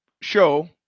show